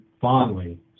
fondly